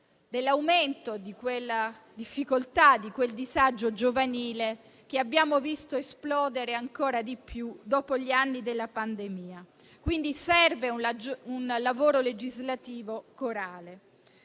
dell'aumento di quella difficoltà e di quel disagio giovanile che abbiamo visto esplodere ancora di più dopo gli anni della pandemia. Serve quindi un lavoro legislativo corale.